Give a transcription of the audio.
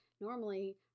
normally